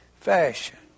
fashion